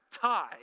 tie